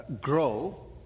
grow